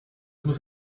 muss